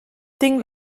tinc